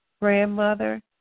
grandmother